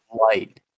light